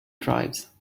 tribes